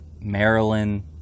Maryland